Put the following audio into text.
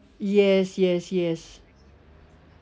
yes yes yes